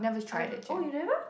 I don't oh you never